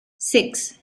six